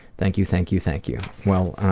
thank you thank you thank you. well,